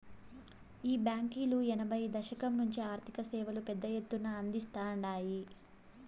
ఈ బాంకీలు ఎనభైయ్యో దశకం నుంచే ఆర్థిక సేవలు పెద్ద ఎత్తున అందిస్తాండాయి